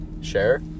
share